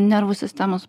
nervų sistemos